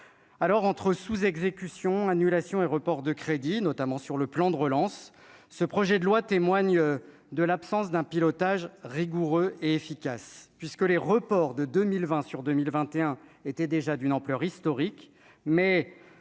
alors entre sous-exécution annulations et reports de crédits, notamment sur le plan de relance ce projet de loi témoigne de l'absence d'un pilotage rigoureux et efficace puisque les reports de 2020 sur 2021 était déjà d'une ampleur historique, mais